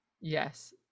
Yes